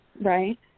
Right